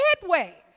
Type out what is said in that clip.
headway